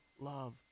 love